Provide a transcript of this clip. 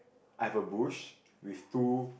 I have a bush with two